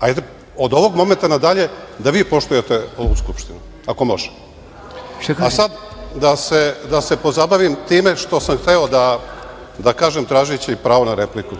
Hajde da od ovog momenta na dalje da vi poštujete ovu Skupštinu, ako može. Sada da se pozabavim time što sam hteo da kažem, tražeći pravo na repliku.